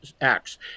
Acts